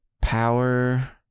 power